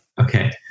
Okay